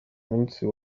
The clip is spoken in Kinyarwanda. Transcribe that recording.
musi